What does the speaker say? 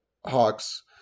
Hawks